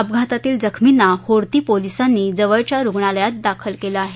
अपघातातील जखमींना होर्ती पोलिसांनी जवळच्या रुग्णालयात दाखल केलं आहे